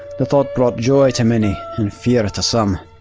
the thought brought joy to many, and fear to some.